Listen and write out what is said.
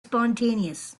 spontaneous